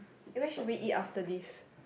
eh where shall we eat after this